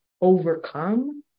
overcome